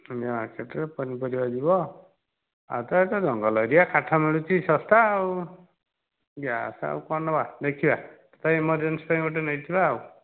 ଗନ୍ଧିଆ ମାର୍କେଟରୁ ପନିପରିବା ଯିବ ଆଉ ସେ ତ ଜଙ୍ଗଲ ଏରିଆ କାଠ ମିଳୁଛି ଶସ୍ତା ଆଉ ଗ୍ୟାସ ଆଉ କ'ଣ ନେବା ଦେଖିବା ଏମର୍ଜେନ୍ସି ପାଇଁ ଗୋଟିଏ ନେଇଥିବା ଆଉ